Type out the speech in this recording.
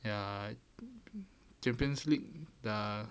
ya champions league dah